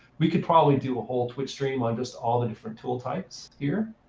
we could probably do a whole twitch stream of just all the different tool types here.